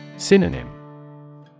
Synonym